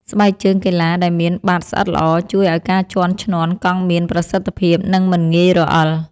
ស្បែកជើងកីឡាដែលមានបាតស្អិតល្អ ជួយឱ្យការជាន់ឈ្នាន់កង់មានប្រសិទ្ធភាព និងមិនងាយរអិល។